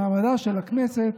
מעמדה של הכנסת,